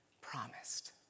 promised